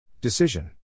Decision